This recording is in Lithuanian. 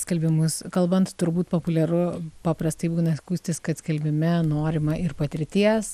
skelbimus kalbant turbūt populiaru paprastai būna skųstis kad skelbime norima ir patirties